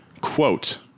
Quote